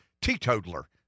teetotaler